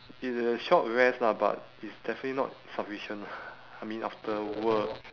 it's a short rest lah but it's definitely not sufficient ah I mean after work